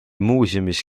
muuseumis